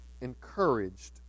encouraged